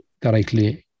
directly